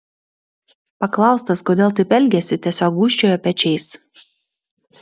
paklaustas kodėl taip elgėsi tiesiog gūžčiojo pečiais